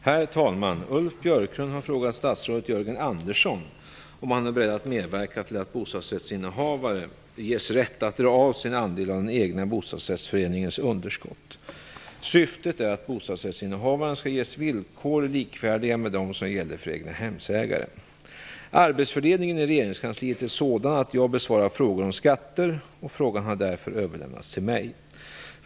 Herr talman! Ulf Björklund har frågat statsrådet Jörgen Andersson om han är beredd att medverka till att bostadsrättsinnehavare ges rätt att dra av sin andel av den egna bostadsrättsföreningens underskott. Syftet är att bostadsrättsinnehavarna skulle ges villkor likvärdiga med dem som gäller för egnahemsägare. Arbetsfördelningen i regeringskansliet är sådan att jag besvarar frågor om skatter, och frågan har därför överlämnats till mig.